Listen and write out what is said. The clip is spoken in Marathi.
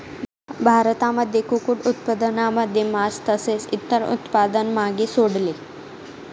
भारतामध्ये कुक्कुट उत्पादनाने मास तसेच इतर उत्पादन मागे सोडले